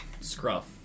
scruff